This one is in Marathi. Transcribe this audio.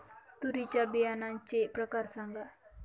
तूरीच्या बियाण्याचे प्रकार सांगा